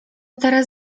teraz